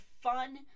fun